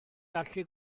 gallu